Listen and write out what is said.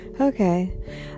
Okay